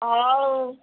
ହଉ